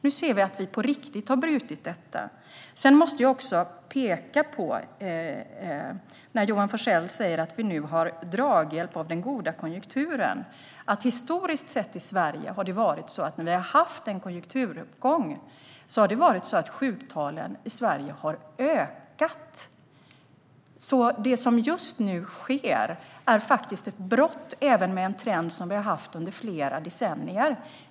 Nu ser vi att vi på riktigt har brutit detta. Johan Forssell säger att vi har draghjälp av den goda konjunkturen. Då måste jag peka på att det i Sverige historiskt sett varit så att när vi haft en konjunkturuppgång har sjuktalen ökat. Det som just nu sker bryter alltså även en trend som vi har haft under flera decennier.